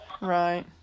right